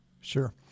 sure